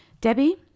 Debbie